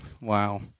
Wow